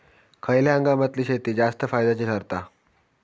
खयल्या हंगामातली शेती जास्त फायद्याची ठरता?